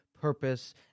purpose